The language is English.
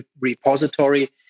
repository